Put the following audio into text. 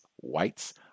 whites